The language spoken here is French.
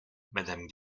madame